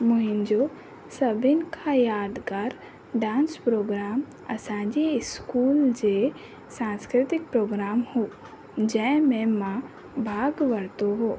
मुंहिंजो सभीनि खां यादगार डांस प्रोग्राम असां जे स्कूल जे सांस्कृतिक प्रोग्राम हो जंहिं में मां भागु वरितो हो